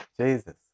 Jesus